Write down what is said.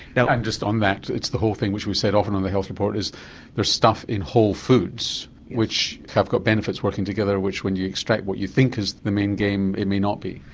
now just on that, it's the whole thing which we said often on the health report is the stuff in whole foods, which have got benefits working together, which when you extract what you think is the main game, it may not be.